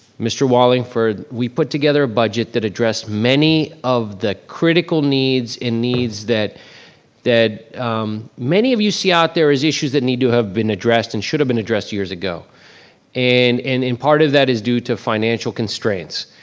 mr. wallingford, we put together a budget that address many of the critical needs and needs that that many of you see out there as issues that need to have been addressed and should have been addressed two years ago and and and part of that is due to financial constraints.